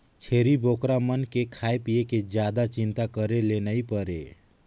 छेरी बोकरा मन के खाए पिए के जादा चिंता करे ले नइ परे